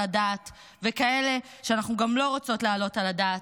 הדעת וכאלה שאנחנו גם לא רוצות להעלות על הדעת,